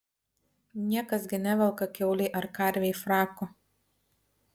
niekas gi nevelka kiaulei ar karvei frako